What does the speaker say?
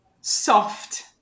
soft